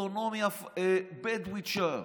אוטונומיה בדואית שם.